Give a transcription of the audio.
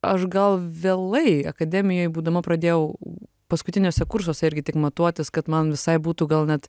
aš gal vėlai akademijoj būdama pradėjau paskutiniuose kursuose irgi tik matuotis kad man visai būtų gal net